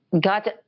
Got